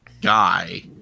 guy